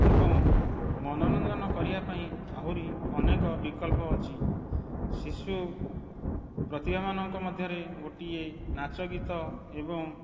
ଏବଂ ମନୋରଞ୍ଜନ କରିବା ପାଇଁ ଆହୁରି ଅନେକ ବିକଳ୍ପ ଅଛି ଶିଶୁ ପ୍ରତିଭାମାନଙ୍କ ମଧ୍ୟରେ ଗୋଟିଏ ନାଚ ଗୀତ ଏବଂ